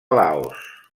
laos